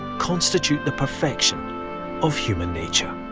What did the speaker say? constitute the perfection of human nature.